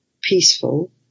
peaceful